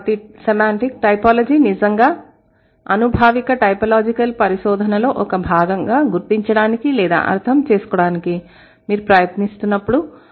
కాబట్టిసెమాంటిక్ typology నిజంగా అనుభావిక typological పరిశోధనలో ఒక భాగంగా గుర్తించడానికి లేదా అర్థం చేసుకోవడానికి మీరు ప్రయత్నిస్తున్నప్పుడు